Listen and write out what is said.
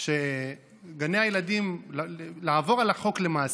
שגני הילדים, לעבור על החוק, למעשה.